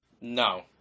No